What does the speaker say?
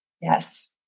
Yes